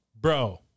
Bro